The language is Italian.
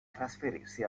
trasferirsi